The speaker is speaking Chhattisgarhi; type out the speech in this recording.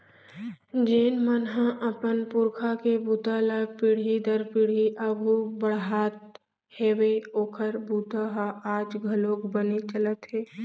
जेन मन ह अपन पूरखा के बूता ल पीढ़ी दर पीढ़ी आघू बड़हात हेवय ओखर बूता ह आज घलोक बने चलत हे